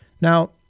Now